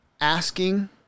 asking